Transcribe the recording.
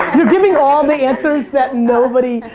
you're giving all the answers that nobody,